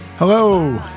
Hello